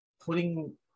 Putting